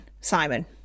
Simon